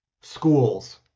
schools